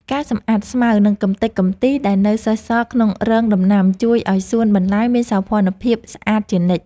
ការសម្អាតស្មៅ និងកម្ទេចកំទីដែលនៅសេសសល់ក្នុងរងដំណាំជួយឱ្យសួនបន្លែមានសោភ័ណភាពស្អាតជានិច្ច។